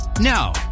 Now